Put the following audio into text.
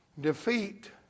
defeat